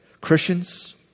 Christians